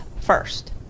first